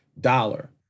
dollar